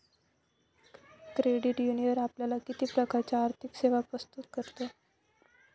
Credit union आपल्याला किती प्रकारच्या आर्थिक सेवा प्रस्तुत करते?